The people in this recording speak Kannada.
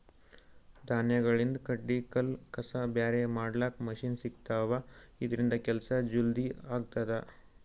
ಧಾನ್ಯಗಳಿಂದ್ ಕಡ್ಡಿ ಕಲ್ಲ್ ಕಸ ಬ್ಯಾರೆ ಮಾಡ್ಲಕ್ಕ್ ಮಷಿನ್ ಸಿಗ್ತವಾ ಇದ್ರಿಂದ್ ಕೆಲ್ಸಾ ಜಲ್ದಿ ಆಗ್ತದಾ